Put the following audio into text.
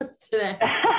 today